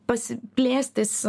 pasi plėstis